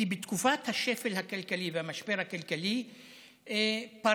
כי בתקופת השפל הכלכלי והמשבר הכלכלי פרח